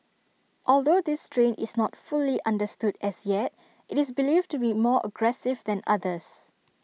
although this strain is not fully understood as yet IT is believed to be more aggressive than others